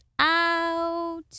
out